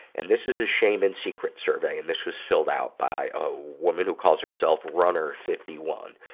and this is a shame and secret survey. and this was filled out by a woman who calls herself, runner fifty one.